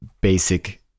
basic